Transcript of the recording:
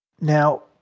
Now